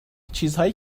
چیزهایی